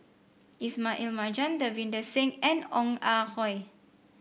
Ismail Marjan Davinder Singh and Ong Ah Hoi